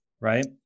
right